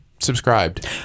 subscribed